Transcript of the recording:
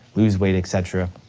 lose weight, et cetera.